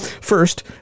First